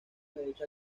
derecha